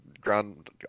ground